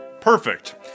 Perfect